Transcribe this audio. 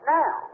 now